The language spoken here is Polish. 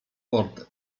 port